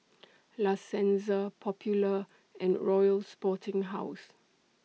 La Senza Popular and Royal Sporting House